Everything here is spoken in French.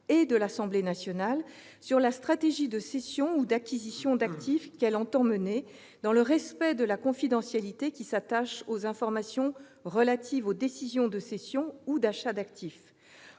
et de l'Assemblée nationale, au sujet de la stratégie de cession ou d'acquisition d'actifs qu'elle entend mener, dans le respect de la confidentialité qui s'attache aux informations relatives aux décisions de cession ou d'achat d'actifs.